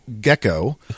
gecko